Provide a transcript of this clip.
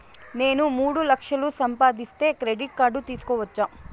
నేను మూడు లక్షలు సంపాదిస్తే క్రెడిట్ కార్డు తీసుకోవచ్చా?